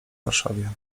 warszawie